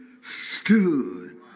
stood